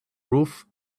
roof